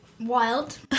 wild